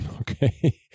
Okay